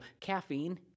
caffeine